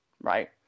right